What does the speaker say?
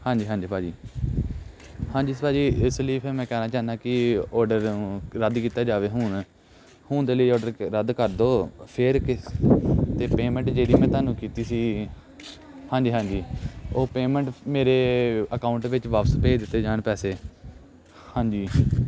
ਹਾਂਜੀ ਹਾਂਜੀ ਭਾਅ ਜੀ ਹਾਂਜੀ ਭਾਅ ਜੀ ਇਸ ਲਈ ਫਿਰ ਮੈਂ ਕਹਿਣਾ ਚਾਹੁੰਦਾ ਕਿ ਔਡਰ ਨੂੰ ਰੱਦ ਕੀਤਾ ਜਾਵੇ ਹੁਣ ਹੁਣ ਦੇ ਲਈ ਔਡਰ ਰੱਦ ਕਰ ਦਿਓ ਫਿਰ ਕਿਸ ਅਤੇ ਪੇਮੈਂਟ ਜਿਹੜੀ ਮੈਂ ਤੁਹਾਨੂੰ ਕੀਤੀ ਸੀ ਹਾਂਜੀ ਹਾਂਜੀ ਉਹ ਪੇਮੈਂਟ ਮੇਰੇ ਅਕਾਊਂਟ ਵਿੱਚ ਵਾਪਸ ਭੇਜ ਦਿੱਤੇ ਜਾਣ ਪੈਸੇ ਹਾਂਜੀ